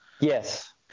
Yes